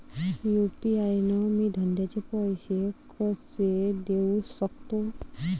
UPI न मी धंद्याचे पैसे कसे देऊ सकतो?